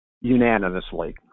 unanimously